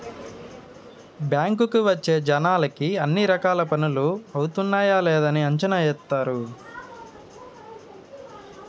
బ్యాంకుకి వచ్చే జనాలకి అన్ని రకాల పనులు అవుతున్నాయా లేదని అంచనా ఏత్తారు